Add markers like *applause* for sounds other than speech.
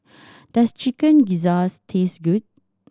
*noise* does Chicken Gizzard taste good